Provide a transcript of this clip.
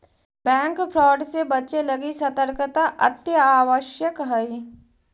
bank fraud से बचे लगी सतर्कता अत्यावश्यक हइ